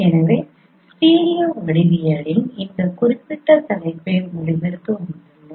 எனவே ஸ்டீரியோ வடிவியலின் இந்த குறிப்பிட்ட தலைப்பின் முடிவுக்கு வந்துள்ளோம்